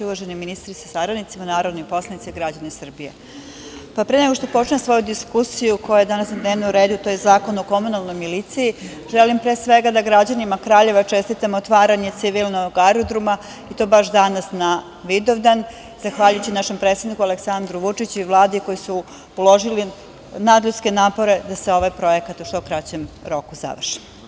Uvaženi ministre sa saradnicima, narodni poslanici, građani Srbije, pre nego što počnem svoju diskusiju koja je danas na dnevnom redu, to je Zakon o komunalnoj miliciji, želim pre svega da građanima Kraljeva čestitam otvaranje civilnog aerodroma, i to baš danas na Vidovdan, zahvaljujući našem predsedniku Aleksandru Vučiću i Vladi, koji su uložili nadljudske napore da se ovaj projekat u što kraćem roku završi.